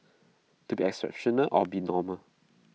to be exceptional or be normal